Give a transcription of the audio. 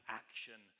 action